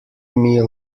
meal